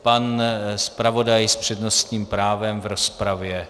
Pan zpravodaj s přednostním právem v rozpravě.